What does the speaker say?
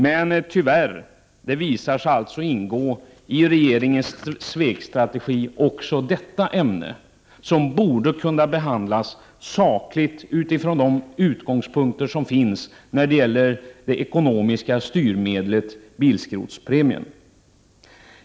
Men tyvärr visar sig även detta ämne ingå i regeringens svekstrategi, fastän det borde kunna behandlas sakligt från de utgångspunkter som finns när det gäller det ekonomiska styrmedel som bilskrotningspremien utgör.